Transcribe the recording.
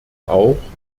auch